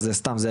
אז סתם.